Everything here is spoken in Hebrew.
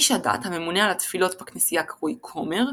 איש הדת הממונה על התפילות בכנסייה קרוי כומר,